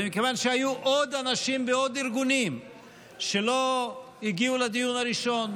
ומכיוון שהיו עוד אנשים ועוד ארגונים שלא הגיעו לדיון הראשון,